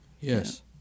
Yes